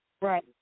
right